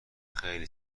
خیلی